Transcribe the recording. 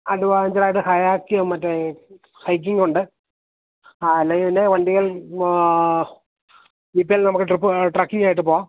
അഡ്വഞ്ചറായിട്ട് ഹയാക്കെയ്യാം മറ്റേ ഹൈക്കിങ്ങുണ്ട് അല്ലെങ്കില്പ്പിന്നെ വണ്ടികൾ ജീപ്പേല് നമുക്ക് ട്രിപ്പ് ട്രക്കിങ്ങായിട്ടു പോകാം